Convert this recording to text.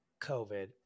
COVID